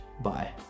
bye